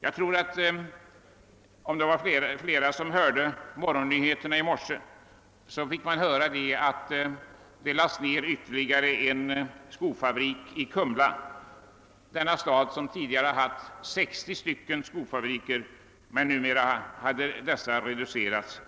I radions nyhetsutsändning i morse meddelades att det läggs ned ytterligare en skofabrik i Kumla, en stad som tidigare haft 60 skofabriker men numera endast har 6.